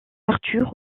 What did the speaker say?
arthur